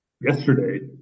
yesterday